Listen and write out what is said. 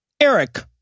Eric